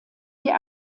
die